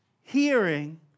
hearing